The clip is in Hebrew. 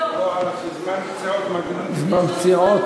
מה עם זמן פציעות?